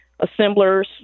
assemblers